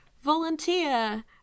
volunteer